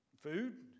food